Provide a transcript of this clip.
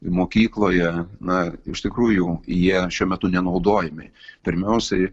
mokykloje na iš tikrųjų jie šiuo metu nenaudojami pirmiausiai